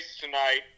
tonight